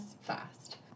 fast